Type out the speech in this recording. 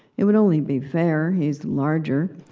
it would only be fair. he's larger.